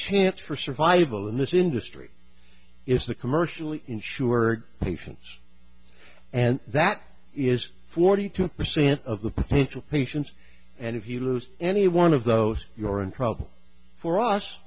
chance for survival in this industry is the commercially insured patients and that is forty two percent of the potential patients and if you lose any one of those your and problem for us